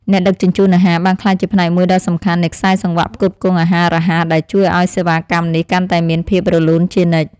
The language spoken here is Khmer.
អ្នកដឹកជញ្ជូនអាហារបានក្លាយជាផ្នែកមួយដ៏សំខាន់នៃខ្សែសង្វាក់ផ្គត់ផ្គង់អាហាររហ័សដែលជួយឲ្យសេវាកម្មនេះកាន់តែមានភាពរលូនជានិច្ច។